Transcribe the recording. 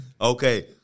Okay